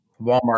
Walmart